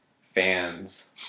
fans